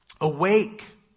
Awake